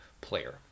player